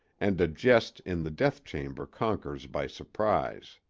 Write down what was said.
and a jest in the death chamber conquers by surprise.